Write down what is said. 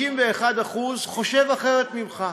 51%, חושב אחרת ממך.